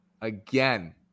again